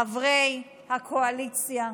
חברי הקואליציה: